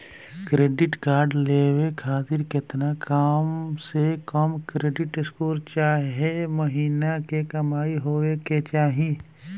Credit card लेवे खातिर केतना कम से कम क्रेडिट स्कोर चाहे महीना के कमाई होए के चाही?